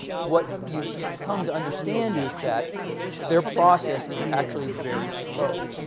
what you come to understand is that their process is actually very slow